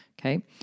okay